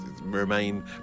Remain